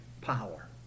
power